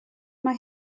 mae